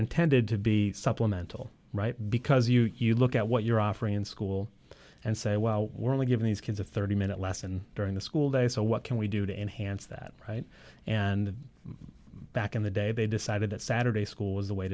intended to be supplemental right because you you look at what you're offering in school and say well we're only giving these kids a thirty minute lesson during the school day so what can we do to enhance that right and back in the day they decided that saturday school was the way